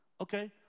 Okay